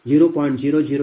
0005Pg120